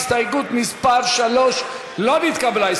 הסתייגות מס' 3 לא נתקבלה.